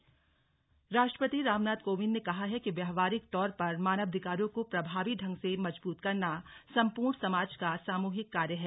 राष्ट्रपति मानवाधिकार दिवस राष्ट्रपति रामनाथ कोविंद ने कहा है कि व्यावहारिक तौर पर मानवाधिकारों को प्रभावी ढंग से मजबूत करना संपूर्ण समाज का सामूहिक कार्य है